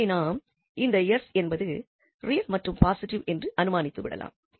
எனவே இந்த 𝑠 என்பது ரியல் மற்றும் பாசிட்டிவ் என்று நாம் அனுமானித்துவிடலாம்